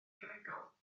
cemegol